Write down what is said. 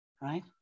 right